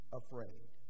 afraid